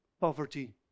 poverty